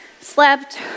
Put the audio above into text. slept